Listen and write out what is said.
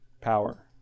power